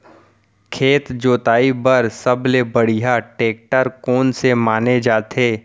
खेत जोताई बर सबले बढ़िया टेकटर कोन से माने जाथे?